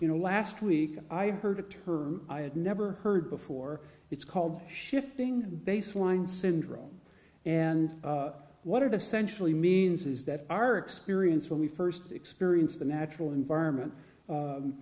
you know last week i heard a term i had never heard before it's called shifting baseline syndrome and what are the sensually means is that our experience when we first experience the natural environment